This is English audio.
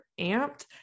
amped